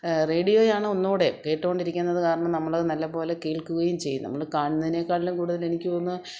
റേഡിയോയാണ് ഒന്നുകൂടെ കേട്ടുകൊണ്ടിരിക്കുന്നത് കാരണം നമ്മള് നല്ലപോലെ കേൾക്കുകയും ചെയ്യും നമ്മളഅ കാണുന്നതിനേക്കാട്ടിലും കൂടുതൽ എനിക്ക് തോന്നുന്നു